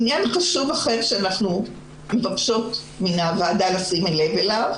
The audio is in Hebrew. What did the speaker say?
עניין חשוב אחר שאנחנו מבקשות מהוועדה לשים לב אליו,